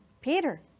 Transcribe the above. Peter